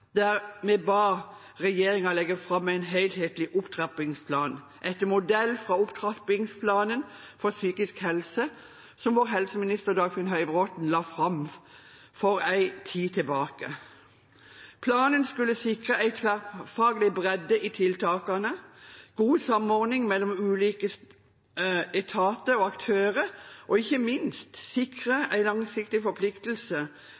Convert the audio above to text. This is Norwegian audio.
der vi ba regjeringen legge fram en helhetlig opptrappingsplan etter modell fra opptrappingsplanen for psykisk helse, som vår tidligere helseminister Dagfinn Høybråten la fram for en tid tilbake. Planen skulle sikre en tverrfaglig bredde i tiltakene, god samordning mellom ulike etater og aktører og ikke minst sikre en langsiktig forpliktelse